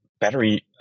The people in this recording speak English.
battery